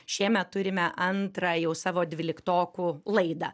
šiemet turime antrą jau savo dvyliktokų laidą